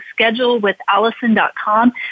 schedulewithallison.com